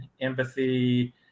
empathy